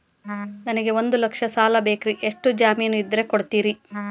ನನಗೆ ಒಂದು ಲಕ್ಷ ಸಾಲ ಬೇಕ್ರಿ ಎಷ್ಟು ಜಮೇನ್ ಇದ್ರ ಕೊಡ್ತೇರಿ?